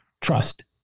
trust